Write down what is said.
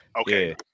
Okay